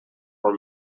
were